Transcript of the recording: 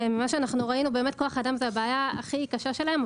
וממה שראינו כוח אדם זו הבעיה הכי קשה שלהם,